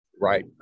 Right